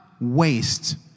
waste